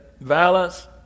violence